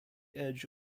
edge